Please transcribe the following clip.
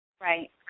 Right